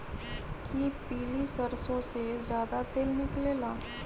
कि पीली सरसों से ज्यादा तेल निकले ला?